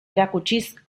erakutsiz